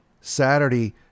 Saturday